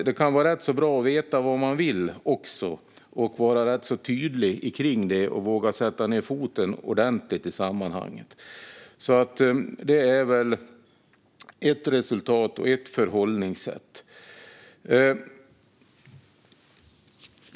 Det kan vara rätt så bra att veta vad man vill och vara rätt så tydlig om det och våga sätta ned foten ordentligt i sammanhanget. Det är ett resultat och ett förhållningssätt.